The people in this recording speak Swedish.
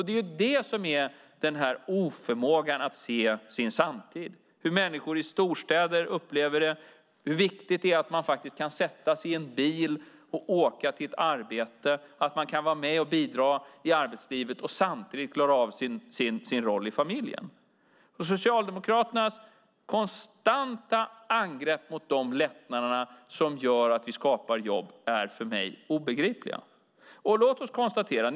Det är det som är denna oförmåga att se sin samtid och hur människor i storstäder upplever detta - hur viktigt det är att man faktiskt kan sätta sig i en bil och åka till ett arbete, att man kan vara med och bidra i arbetslivet och samtidigt klara av sin roll i familjen. Socialdemokraternas konstanta angrepp mot de lättnader som gör att vi skapar jobb är för mig obegripliga. Låt mig göra ett konstaterande.